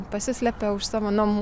pasislepia už savo namų